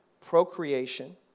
Procreation